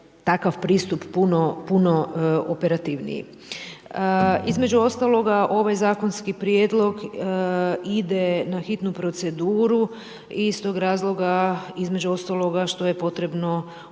takav pristup puno operativniji. Između ostaloga ovaj zakonski prijedlog ide na hitnu proceduru i iz tog razloga, između ostaloga što je potrebno ovaj